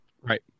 Right